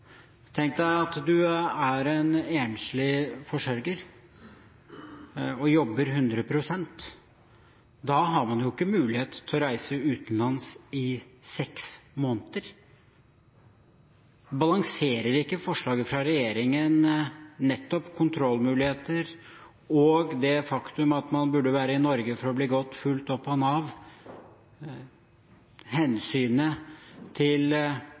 Tenk deg at du er en enslig forsørger og jobber 100 pst., da har du ikke mulighet til å reise utenlands i seks måneder. Balanserer ikke forslaget fra regjeringen om kontrollmuligheter og det faktum at man burde være i Norge for å bli fulgt godt opp av Nav, nettopp hensynet til